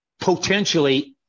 potentially